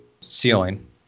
ceiling